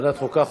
ועדת החוקה.